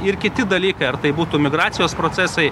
ir kiti dalykai ar tai būtų migracijos procesai